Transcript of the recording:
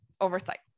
oversight